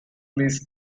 least